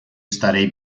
estarei